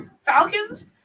Falcons